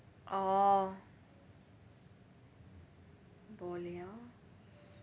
orh boliao